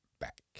back